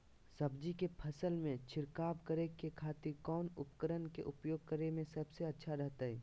सब्जी के फसल में छिड़काव करे के खातिर कौन उपकरण के उपयोग करें में सबसे अच्छा रहतय?